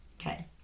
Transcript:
Okay